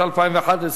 התשע"א 2011,